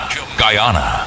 Guyana